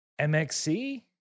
MXC